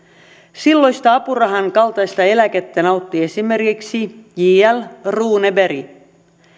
silloista apurahan kaltaista eläkettä nautti esimerkiksi j l runeberg